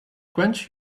quench